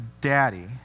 Daddy